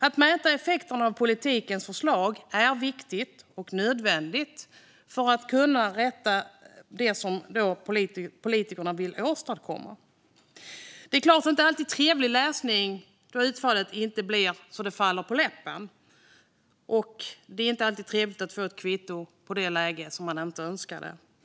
Att man mäter effekterna av politiska förslag är viktigt och nödvändigt för att vi ska kunna landa rätt i det vi vill åstadkomma politiskt. Det är såklart inte trevlig läsning om utfallet inte faller en på läppen, och det är inte trevligt att få ett kvitto på att läget inte är som man önskade.